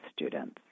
students